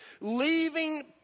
leaving